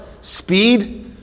speed